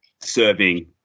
serving